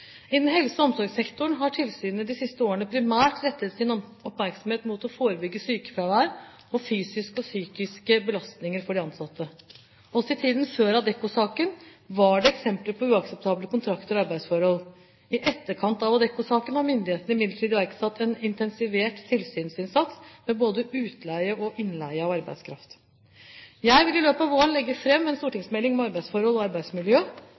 helse- og omsorgssektoren har tilsynene de siste årene primært rettet sin oppmerksomhet mot å forebygge sykefravær og fysiske og psykiske belastninger for de ansatte. Også i tiden før Adecco-saken var det eksempler på uakseptable kontrakter og arbeidsforhold. I etterkant av Adecco-saken har myndighetene imidlertid iverksatt en intensivert tilsynsinnsats med både utleie og innleie av arbeidskraft. Jeg vil i løpet av våren legge fram en stortingsmelding om arbeidsforhold og arbeidsmiljø.